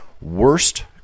worst